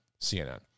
CNN